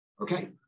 Okay